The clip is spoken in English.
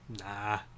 Nah